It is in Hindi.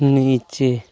नीचे